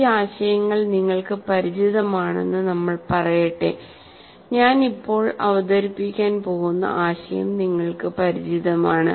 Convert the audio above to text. ഈ ആശയങ്ങൾ നിങ്ങൾക്ക് പരിചിതമാണെന്ന് നമ്മൾ പറയട്ടെ ഞാൻ ഇപ്പോൾ അവതരിപ്പിക്കാൻ പോകുന്ന ആശയം നിങ്ങൾക്ക് പരിചിതമാണ്